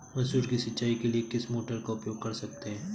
मसूर की सिंचाई के लिए किस मोटर का उपयोग कर सकते हैं?